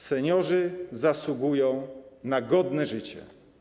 Seniorzy zasługują na godne życie.